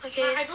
okay